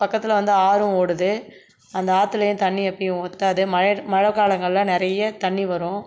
பக்கத்தில் வந்து ஆறும் ஓடுது அந்த ஆற்றிலயும் தண்ணி எப்பவும் வற்றாது மழை மழைகாலங்களில் நிறைய தண்ணி வரும்